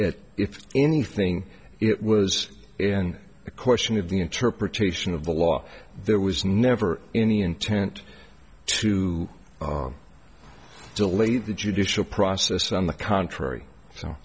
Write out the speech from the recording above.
but if anything it was in a question of the interpretation of the law there was never any intent to delay the judicial process on the contrary so